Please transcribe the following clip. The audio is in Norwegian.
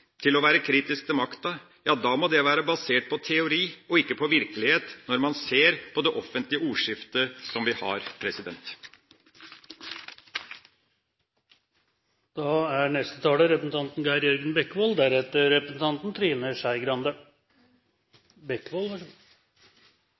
til å være kritiske til makta, må det være basert på teori og ikke på virkelighet når man ser på det offentlige ordskiftet som vi har.